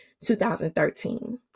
2013